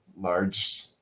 large